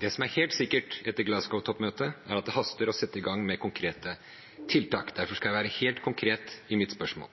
Det som er helt sikkert etter Glasgow-toppmøtet, er at det haster med å sette i gang med konkrete tiltak. Derfor skal jeg være helt konkret i mitt spørsmål.